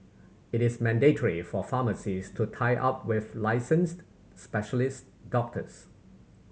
it is mandatory for pharmacies to tie up with licensed specialised doctors